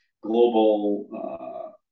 global